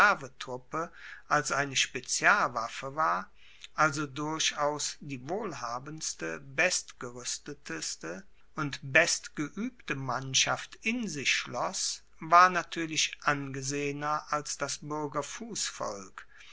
als eine spezialwaffe war also durchaus die wohlhabendste bestgeruestete und bestgeuebte mannschaft in sich schloss war natuerlich angesehener als das